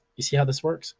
you see how this works